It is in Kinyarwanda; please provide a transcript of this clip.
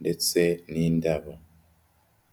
ndetse n'indabo.